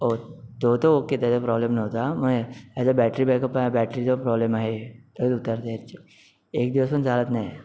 हो तो तर ओके त्याचा प्रॉब्लेम नव्हता म हे याचा बॅटरी बॅक अप आहे बॅटरीचा प्रॉब्लेम आहे रोज उतरते याची एक दिवस पण चालत नाही